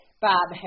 Bob